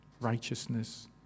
righteousness